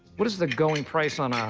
what is the going price on ah